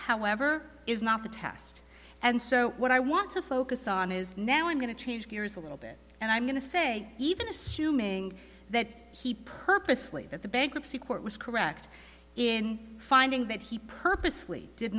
however is not the test and so what i want to focus on is now i'm going to change gears a little bit and i'm going to say even assuming that he purposely that the bankruptcy court was correct in finding that he purposely did